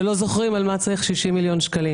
שלא זוכרים על מה צריך 60 מיליון שקלים.